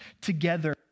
together